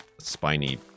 spiny